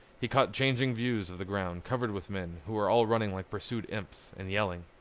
he caught changing views of the ground covered with men who were all running like pursued imps, and yelling.